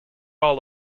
all